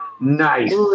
nice